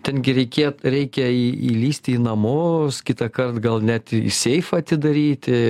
ten gi reikė reikia į įlįsti į namus kitąkart gal net i seifą atidaryti